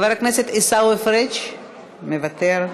חבר הכנסת עיסאווי פריג' מוותר,